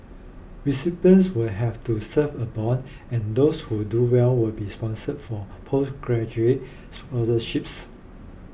recipients will have to serve a bond and those who do well will be sponsored for postgraduate scholarships